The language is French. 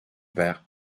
père